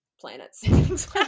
planets